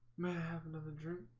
have another dream